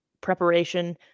preparation